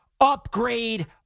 upgrade